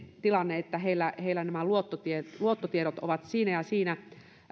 tilanne että heillä heillä luottotiedot luottotiedot ovat siinä ja siinä